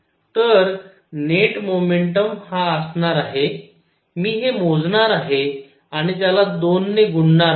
तर net momentum हा असणार आहे मी हे मोजणार आहे आणि त्याला 2 ने गुणणार आहे